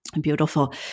Beautiful